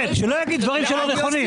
שלא יגיד דברים שלא נכונים.